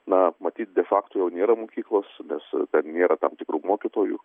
na matyt de fakto jau nėra mokyklos nes nėra tam tikrų mokytojų